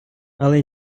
але